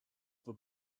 the